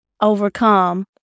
overcome